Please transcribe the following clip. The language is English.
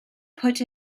put